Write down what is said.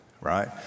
right